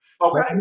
Okay